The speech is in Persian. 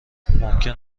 ممکن